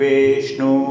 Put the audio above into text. Vishnu